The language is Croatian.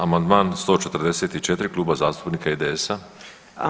Amandman 144 Kluba zastupnika IDS-a.